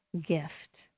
gift